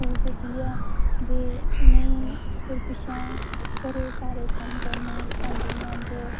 school भेजियै ते उ'नेंगी फिर पिच्छां घरै दे सारे कम्म करने भांडे मांजो